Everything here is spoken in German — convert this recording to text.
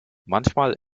manchmal